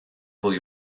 fwy